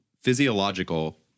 physiological